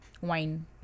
wine